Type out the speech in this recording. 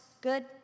Good